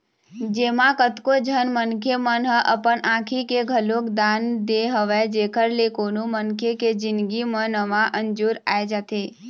जेमा कतको झन मनखे मन ह अपन आँखी के घलोक दान दे हवय जेखर ले कोनो मनखे के जिनगी म नवा अंजोर आ जाथे